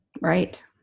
Right